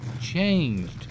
changed